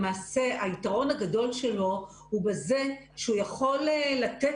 למעשה היתרון הגדול שלו הוא בזה שהוא יכול לתת